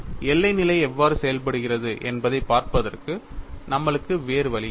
எல்லை நிலை எவ்வாறு செயல்படுகிறது என்பதைப் பார்ப்பதற்கு நம்மளுக்கு வேறு வழியில்லை